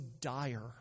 dire